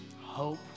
Hope